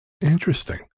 Interesting